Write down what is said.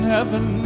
Heaven